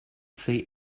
say